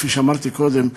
כפי שאמרתי קודם,